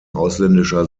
ausländischer